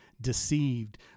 deceived